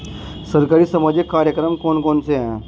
सरकारी सामाजिक कार्यक्रम कौन कौन से हैं?